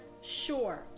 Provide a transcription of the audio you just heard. sure